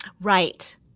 Right